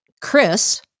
Chris